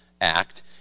act